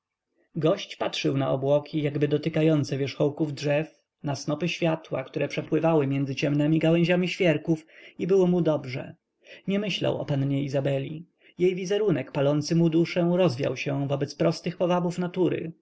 gość patrzył na obłoki jakby dotykające wierzchołków drzew na snopy światła które przepływały między ciemnemi gałęźmi świerków i było mu dobrze nie myślał o pannie izabeli jej wizerunek palący mu duszę rozwiał się wobec prostych powabów natury